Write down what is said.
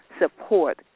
support